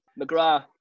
McGrath